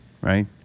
right